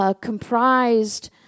comprised